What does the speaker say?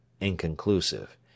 inconclusive